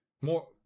More